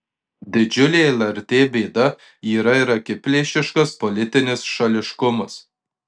didžiulė lrt bėda yra ir akiplėšiškas politinis šališkumas